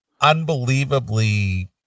unbelievably